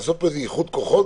לעשות פה איחוד כוחות,